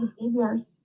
behaviors